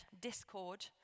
discord